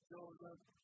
Joseph